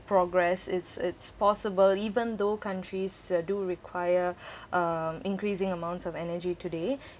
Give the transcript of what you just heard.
progress it's it's possible even though countries do require um increasing amounts of energy today